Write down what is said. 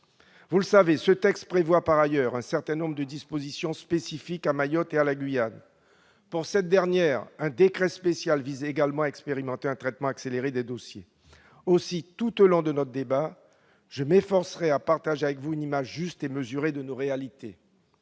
Vous le savez, ce texte prévoit par ailleurs un certain nombre de dispositions spécifiques à Mayotte et à la Guyane. Pour cette dernière, un décret spécial vise également à expérimenter un traitement accéléré des dossiers. Aussi, tout au long de notre débat, je m'efforcerai de partager avec vous une image juste et mesurée de nos réalités.